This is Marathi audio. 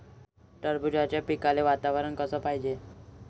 टरबूजाच्या पिकाले वातावरन कस पायजे?